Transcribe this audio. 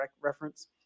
reference